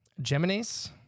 Geminis